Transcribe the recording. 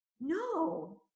no